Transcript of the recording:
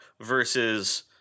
versus